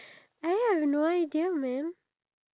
me the jumping